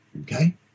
Okay